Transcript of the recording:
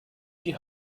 die